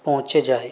পৌঁছে যায়